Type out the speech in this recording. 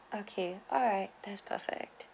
okay alright that's perfect